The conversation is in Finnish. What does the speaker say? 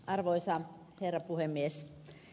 arvoisa herra puhemies